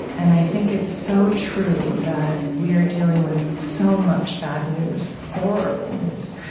and i think it's so true that we are dealing with so much bad news, horrible news.